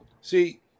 See